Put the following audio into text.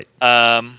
right